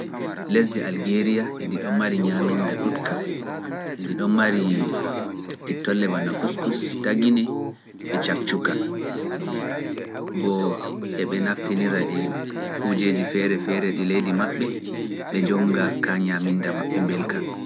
Lesde Algeriya e ɗiɗo mari ñaminda ɗutka e ɗiɗo mari Tiktolle wanaa Kouskous tagine e cakcuka bo eɓe naftinira e kujeeji feere feere ɗi leydi maɓɓe ɓe jonnga ka ñaminda maɓɓe mbelka